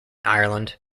ireland